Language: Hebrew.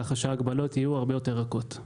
כך שההגבלות יהיו הרבה יותר רכות.